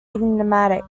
enigmatic